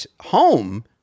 home